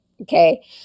okay